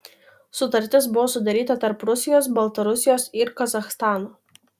sutartis buvo sudaryta tarp rusijos baltarusijos ir kazachstano